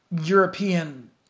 European